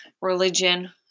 religion